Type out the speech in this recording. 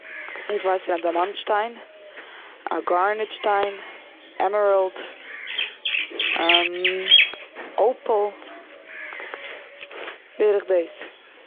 איך ווייס פון א דיימאנט שטיין, גארנעט שטיין, עמעראלד. אפעל. בערך דאס.